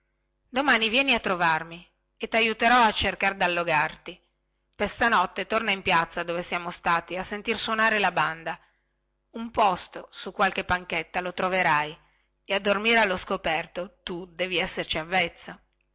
domani vieni a trovarmi e taiuterò a cercar dallogarti per stanotte torna in piazza dove siamo stati a sentir suonare la banda un posto su qualche panchetta lo troverai e a dormire allo scoperto tu devi esserci avvezzo